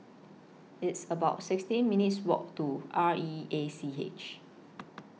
It's about sixteen minutes' Walk to R E A C H